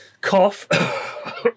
cough